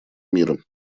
мира